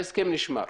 ההסכם נשמר.